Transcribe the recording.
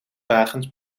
wagens